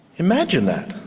imagine that.